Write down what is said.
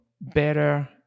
better